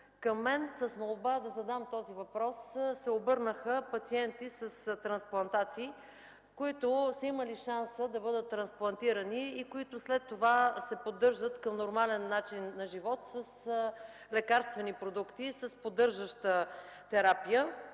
към мен с молба да задам този въпрос се обърнаха пациенти с трансплантации, които са имали шанса да бъдат трансплантирани и след това се поддържат към нормален начин на живот с лекарствени продукти с поддържаща терапия.